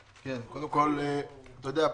בבקשה.